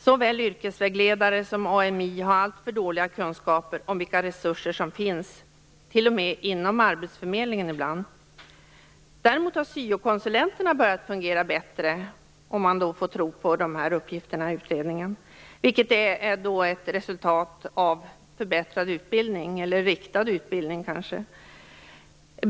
Såväl yrkesvägledare som AMI har alltför dåliga kunskaper om vilka resurser som finns, ibland t.o.m. inom arbetsförmedlingen. Däremot har syokonsulenterna börjat fungera bättre, om man får tro på uppgifterna i utredningen, vilket är ett resultat av riktad utbildning.